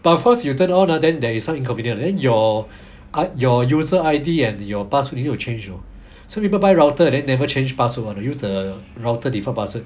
but of course you turn on lah then there is some inconvenience right then your uh your user I_D and your password you need to change you know some people buy router then never change password one use the router default password